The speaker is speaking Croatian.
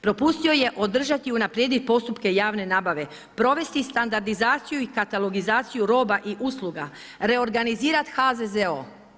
Propustio je održati i unaprijediti postupke javne nabave, provesti standardizaciju i katalogizaciju roba i usluga, reorganizirat HZZO.